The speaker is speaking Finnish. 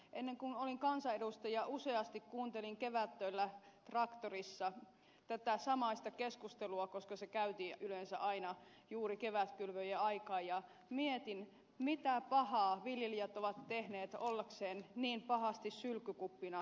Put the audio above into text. ennen kuin olin kansanedustaja useasti kuuntelin kevättöillä traktorissa tätä samaista keskustelua koska se käytiin yleensä aina juuri kevätkylvöjen aikaan ja mietin mitä pahaa viljelijät ovat tehneet ollakseen niin pahasti sylkykuppina